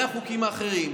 שני החוקים האחרים,